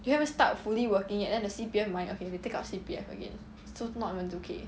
you haven't even start fully working yet then the C_P_F money okay they take out C_P_F again so not even two k